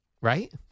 Right